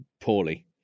poorly